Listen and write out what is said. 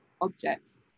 objects